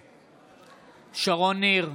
נגד שרון ניר,